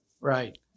Right